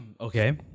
Okay